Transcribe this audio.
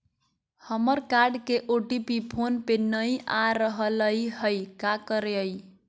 हमर कार्ड के OTP phone पे नई आ रहलई हई, का करयई?